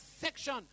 section